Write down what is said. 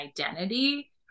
identity